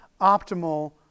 optimal